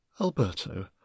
Alberto